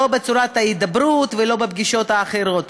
לא בצורת ההידברות ולא בפגישות האחרות.